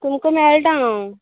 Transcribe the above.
तुमकां मेळटा हांव